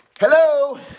Hello